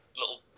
little